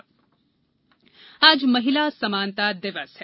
महिला समानता दिवस आज महिला समानता दिवस है